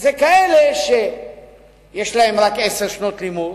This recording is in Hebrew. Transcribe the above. זה לכאלה שיש להם רק עשר שנות לימוד,